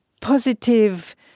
positive